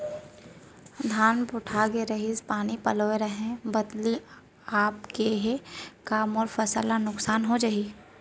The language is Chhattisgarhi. धान पोठागे रहीस, पानी पलोय रहेंव, बदली आप गे हे, का मोर फसल ल नुकसान हो जाही?